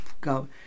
go